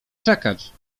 czekać